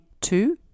two